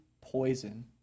poison